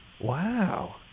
Wow